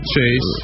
Chase